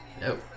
nope